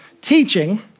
Teaching